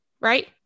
right